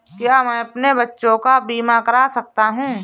क्या मैं अपने बच्चों का बीमा करा सकता हूँ?